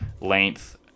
length